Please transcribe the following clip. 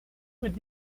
would